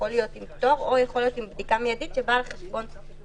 יכול להיות עם פטור או יכול להיות עם בדיקה מיידית שבאה על חשבון התושב,